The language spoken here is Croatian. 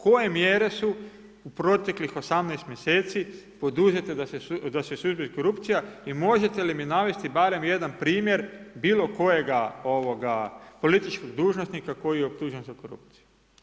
Koje mjere su u proteklih 18 mjeseci poduzeti da se suzbi korupcija i možete li mi navesti barem jedan primjer bilo kojega ovoga, političkog dužnosnika koji je optužen za korupciju?